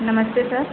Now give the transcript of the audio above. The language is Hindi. नमस्ते सर